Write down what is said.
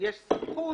שיש סמכות,